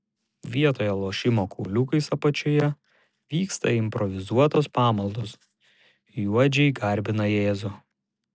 vietoj lošimo kauliukais apačioje vyksta improvizuotos pamaldos juodžiai garbina jėzų